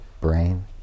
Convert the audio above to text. brain